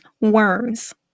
worms